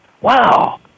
wow